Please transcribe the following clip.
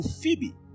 Phoebe